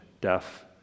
death